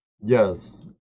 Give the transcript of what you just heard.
Yes